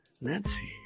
Nancy